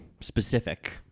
specific